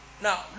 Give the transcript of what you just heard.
Now